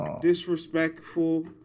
Disrespectful